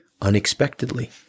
unexpectedly